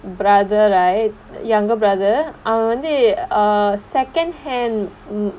brother right younger brother அவன் வந்து:avan vanthu uh second hand mm